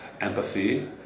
empathy